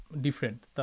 different